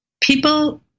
people